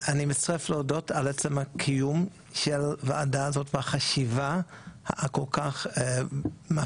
אני מצטרף להודות על עצם קיום הוועדה הזאת והחשיבה הכל כך מפתיעה,